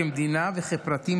כמדינה וכפרטים,